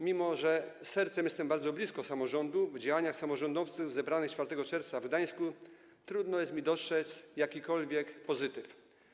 Mimo że sercem jestem bardzo blisko samorządu, w działaniach samorządowców zebranych 4 czerwca w Gdańsku trudno jest mi dostrzec jakikolwiek pozytyw.